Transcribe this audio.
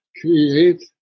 create